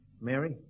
Mary